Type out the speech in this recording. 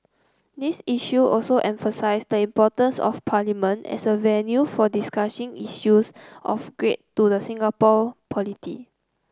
these issue also emphasise the importance of Parliament as a venue for discussing issues of great to the Singaporean polity